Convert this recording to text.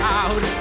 out